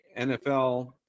NFL